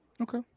okay